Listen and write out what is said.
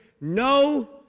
no